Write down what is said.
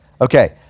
Okay